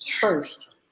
first